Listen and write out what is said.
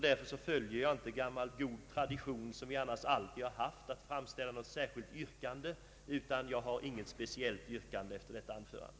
Därför följer jag inte en gammal god tradition, nämligen att framställa ett yrkande. Jag har inget speciellt yrkande efter detta anförande.